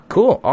Cool